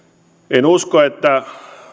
en usko että